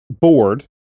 board